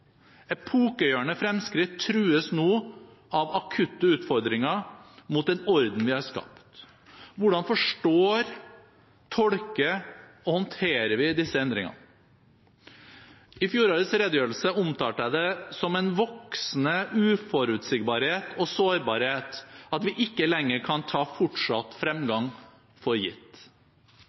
tid. Epokegjørende fremskritt trues nå av akutte utfordringer mot den orden vi har skapt. Hvordan forstår, tolker og håndterer vi disse endringene? I fjorårets redegjørelse omtalte jeg det som en voksende uforutsigbarhet og sårbarhet at vi ikke lenger kan ta fortsatt fremgang for gitt.